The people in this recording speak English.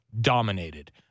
dominated